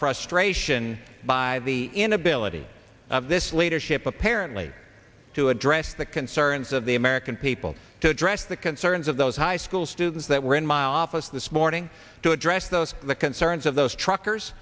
frustration by the inability of this leadership apparently to address the concerns of the american people to address the concerns of those high school students that were in my office this morning to address those the concerns of those truckers